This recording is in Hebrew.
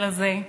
זה לזה,